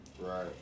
Right